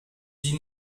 die